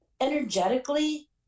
energetically